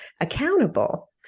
accountable